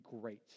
great